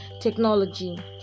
technology